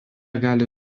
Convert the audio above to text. gali